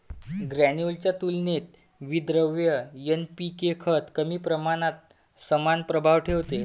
granular च्या तुलनेत विद्रव्य एन.पी.के खत कमी प्रमाणात समान प्रभाव ठेवते